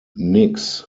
nicks